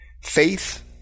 faith